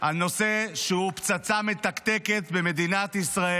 על נושא שהוא פצצה מתקתקת במדינת ישראל.